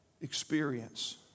experience